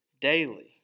daily